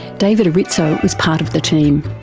david erritzoe was part of the team.